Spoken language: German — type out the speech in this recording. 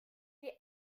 dir